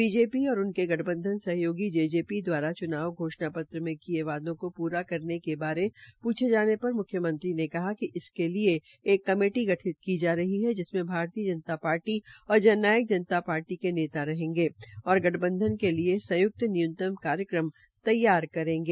BJP और उनके गठबंधन सहयोगी जेजेपी दवारा चुनाव घोषणा पत्र किये वादो को पूरा करने के बारे पूछे जाने पर मुख्यमंत्री ने कहा कि इसके एक कमेटी गठित की जा रही है जिसमें भारतीय जनता पार्टी और जन नायक जनता पार्टी नेता रहेंगे और गठबंधन के लिये संयुक्त न्यूनतम कार्यक्रम तैयार करेंगे